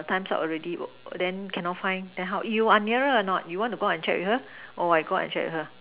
times up already then cannot find then how you are nearer or a not you want to go out and check with her or I go out and check with her